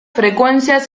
frecuencias